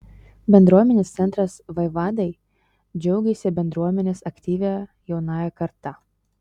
bendruomenės centras vaivadai džiaugiasi bendruomenės aktyvia jaunąja karta